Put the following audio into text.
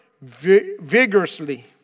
vigorously